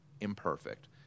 imperfect